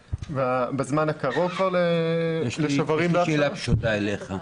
בזמן הקרוב כבר ל --- יש לי שאלה פשוטה אליך.